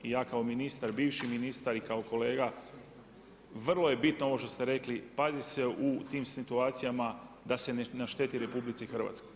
I ja kao ministar, bivši ministar i kao kolega, vrlo je bitno ovo što ste rekli, pazi se u tim situacijama, da se ne šteti RH.